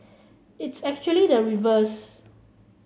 it is actually the reverse